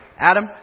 Adam